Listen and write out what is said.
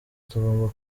tugomba